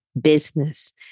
business